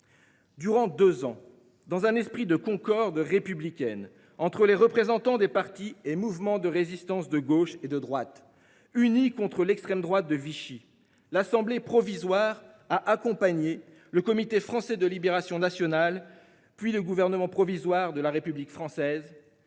Durant deux ans, dans un esprit de concorde républicaine entre les représentants des partis et mouvements de Résistance de gauche et de droite, unis contre l’extrême droite de Vichy, l’Assemblée consultative provisoire a accompagné le Comité français de libération nationale, puis le Gouvernement provisoire de la République française,